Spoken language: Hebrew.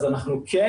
אז אנחנו כן